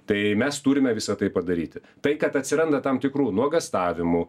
tai mes turime visą tai padaryti tai kad atsiranda tam tikrų nuogąstavimų